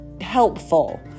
helpful